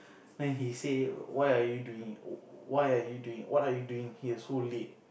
then he say why are you doing why are you doing what are you doing here so late